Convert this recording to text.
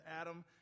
Adam